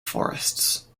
forests